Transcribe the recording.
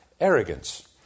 arrogance